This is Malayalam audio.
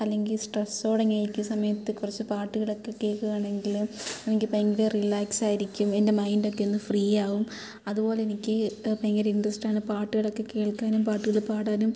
അല്ലെങ്കിൽ സ്ട്രെസോട ക്കെ ഇരിക്കുന്ന സമയത്ത് കുറച്ച് പാട്ടുകളൊക്കെ കേൾക്കുവാണെങ്കിൽ എനിക്ക് ഭയങ്കര റിലാക്സ് ആയിരിക്കും എൻ്റെ മൈൻഡ് ഒക്കെ ഒന്ന് ഫ്രീ ആകും അതുപോലെ എനിക്ക് ഭയങ്ക ഇൻ്ററെസ്റ്റാണ് പാട്ടുകളൊക്കെ കേൾക്കാനും പാട്ടുകൾ പാടാനും